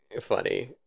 funny